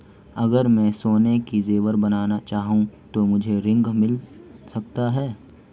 अगर मैं सोने के ज़ेवर बनाना चाहूं तो मुझे ऋण मिल सकता है?